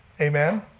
Amen